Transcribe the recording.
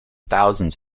thousands